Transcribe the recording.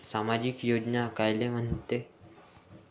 सामाजिक योजना कायले म्हंते?